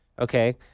okay